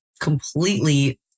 completely